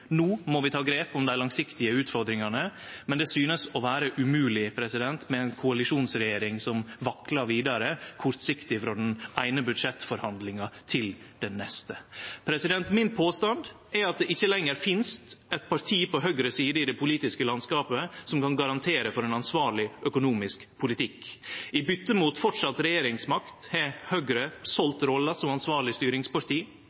No må vi ta grep om dei langsiktige utfordringane. Men det synest vere umogleg med ei koalisjonsregjering som vaklar vidare, kortsiktig frå den eine budsjettforhandlinga til den neste. Min påstand er at det ikkje lenger finst eit parti på høgre side i det politiske landskapet som kan garantere for ein ansvarleg økonomisk politikk. I byte mot fortsett regjeringsmakt har Høgre